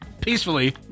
Peacefully